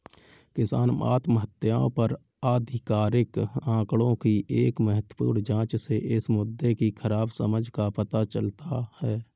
किसान आत्महत्याओं पर आधिकारिक आंकड़ों की एक महत्वपूर्ण जांच से इस मुद्दे की खराब समझ का पता चलता है